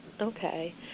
Okay